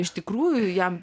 iš tikrųjų jam